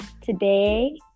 Today